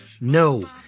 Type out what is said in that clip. No